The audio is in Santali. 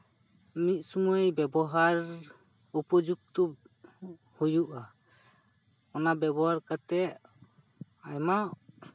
ᱢᱤᱫ ᱥᱩᱢᱟᱹᱭ ᱵᱮᱵᱚᱦᱟᱨ ᱩᱯᱚᱡᱩᱠᱛᱚ ᱦᱩᱭᱩᱜᱼᱟ ᱚᱱᱟ ᱵᱮᱵᱚᱦᱟᱨ ᱠᱟᱛᱮ ᱟᱭᱢᱟ